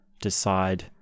decide